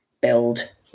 build